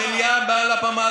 הינה האמת בפרצוף.